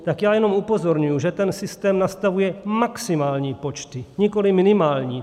Tak já jenom upozorňuji, že systém nastavuje maximální počty, nikoli minimální.